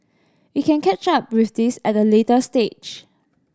we can catch up with this at a later stage